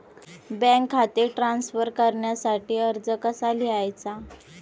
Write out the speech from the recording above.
Bank खाते transfer करण्यासाठी अर्ज कसा लिहायचा?